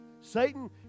Satan